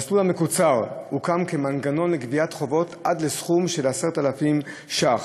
המסלול המקוצר הוקם כמנגנון לגביית חובות עד לסכום של 10,000 ש"ח,